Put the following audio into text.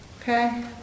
Okay